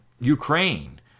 Ukraine